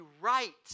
right